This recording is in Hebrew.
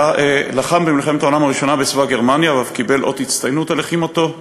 לחם במלחמת העולם הראשונה בצבא גרמניה ואף קיבל אות הצטיינות על לחימתו.